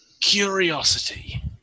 Curiosity